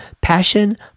Passion